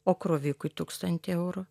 o krovikui tūkstantį eurų